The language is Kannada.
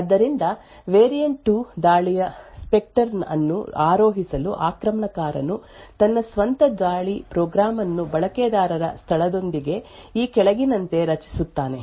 ಆದ್ದರಿಂದ ವೇರಿಯಂಟ್ 2 ದಾಳಿಯ ಸ್ಪೆಕ್ಟರ್ ಅನ್ನು ಆರೋಹಿಸಲು ಆಕ್ರಮಣಕಾರನು ತನ್ನ ಸ್ವಂತ ದಾಳಿ ಪ್ರೋಗ್ರಾಂ ಅನ್ನು ಬಳಕೆದಾರರ ಸ್ಥಳದೊಂದಿಗೆ ಈ ಕೆಳಗಿನಂತೆ ರಚಿಸುತ್ತಾನೆ